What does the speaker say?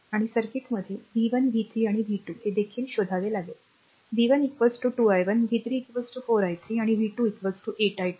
आणि सर्किटमधील v 1 v 3 आणि v 2 हे देखील शोधावे लागेलतर v 1 2 i1 v 3 4 i3 आणि v 2 8 i2